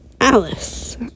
Alice